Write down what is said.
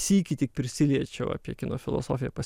sykį tik prisiliečiau apie kino filosofiją pas